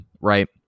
right